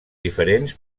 diferents